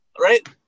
Right